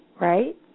right